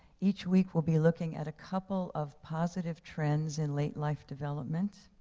each week we'll be looking at a couple of positive trends in late life development.